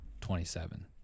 27